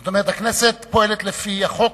זאת אומרת, הכנסת פועלת לפי החוק